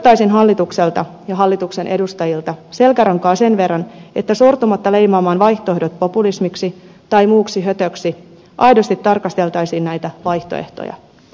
odottaisin hallitukselta ja hallituksen edustajilta selkärankaa sen verran että sortumatta leimaamaan vaihtoehdot populismiksi tai muuksi hötöksi aidosti tarkasteltaisiin näitä vaihtoehtoja